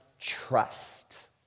trust